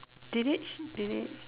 did they actually did it